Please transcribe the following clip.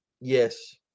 Yes